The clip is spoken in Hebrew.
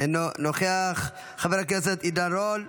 אינו נוכח, חבר הכנסת עידן רול,